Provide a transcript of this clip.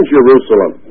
Jerusalem